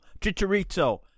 Chicharito